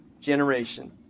generation